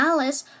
Alice